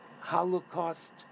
Holocaust